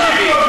תקשיב טוב,